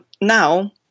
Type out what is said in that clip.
Now